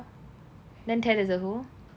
then ted is the who